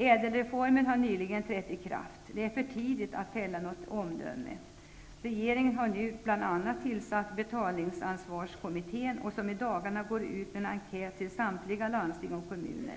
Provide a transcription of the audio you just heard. ÄDEL-reformen har nyligen genomförts. Det är för tidigt att nu fälla ett omdöme. Regeringen har bl.a. tillsatt betalningsansvarskommittén, som i dagarna går ut med en enkät till samtliga landsting och kommuner.